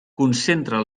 concentra